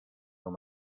dans